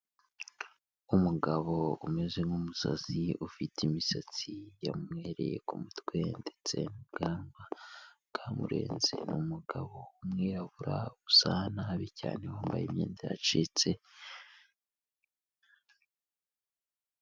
Umugabo umeze nk'umusazi ufite imisatsi yamwereye ku mutwe ndetse n'ubwanwa bwamurenze, umugabo w'umwirabura usa nabi cyane wambaye imyenda yacitse.